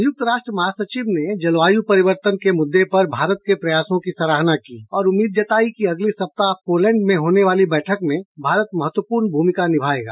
संयुक्त राष्ट्र महासचिव ने जलवायु परिवर्तन के मुद्दे पर भारत के प्रयासों की सराहना की और उम्मीद जताई की अगले सप्ताह पोलैंड में होने वाली बैठक में भारत महत्वपूर्ण भूमिका निभाएगा